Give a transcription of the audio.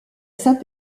saint